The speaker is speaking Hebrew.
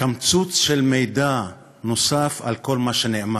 קמצוץ של מידע נוסף על כל מה שנאמר.